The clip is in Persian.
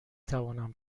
توانم